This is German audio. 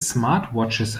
smartwatches